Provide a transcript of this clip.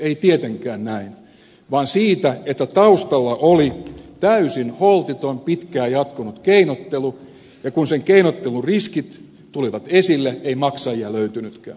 ei tietenkään näin vaan kysymys on siitä että taustalla oli täysin holtiton pitkään jatkunut keinottelu ja kun sen keinottelun riskit tulivat esille ei maksajia löytynytkään